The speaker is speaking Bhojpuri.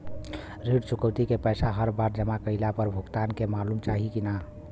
ऋण चुकौती के पैसा हर बार जमा कईला पर भुगतान के मालूम चाही की ना?